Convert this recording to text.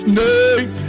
name